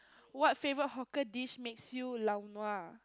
what favourite hawker dish makes you laonua